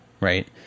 right